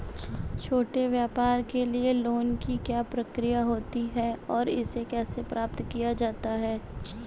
छोटे व्यापार के लिए लोंन की क्या प्रक्रिया होती है और इसे कैसे प्राप्त किया जाता है?